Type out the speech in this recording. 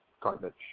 garbage